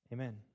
Amen